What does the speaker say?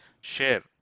Share